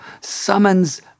summons